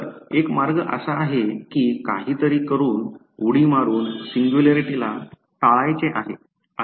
तर एक मार्ग असा आहे कि काहीतरी करून उडी मारून सिंग्युलॅरिटीला टाळायचे आहे